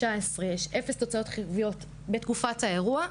יש אפס תוצאות חיוביות בתקופת האירוע,